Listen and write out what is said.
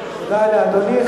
תודה לאדוני.